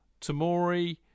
Tamori